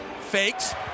Fakes